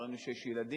וראינו שיש ילדים,